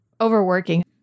overworking